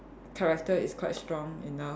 character is quite strong enough